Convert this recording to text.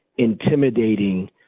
intimidating